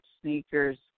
sneakers